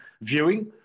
viewing